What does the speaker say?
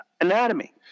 anatomy